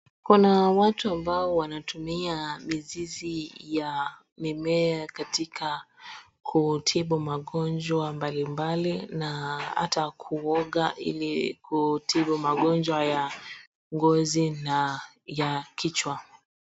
Kuna watu ambao wanatumia mizizi ya mimea katika kutibu magonjwa mbali na hata kuoga ili kutibu magonjwa ya ngozi na ya kichwa.